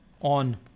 on